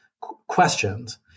questions